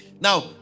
Now